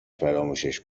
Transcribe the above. فراموشش